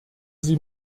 sie